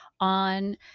on